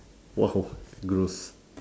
!wow! gross